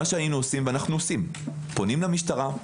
מה שהיינו עושים ואנו עושים פונים למשטרה,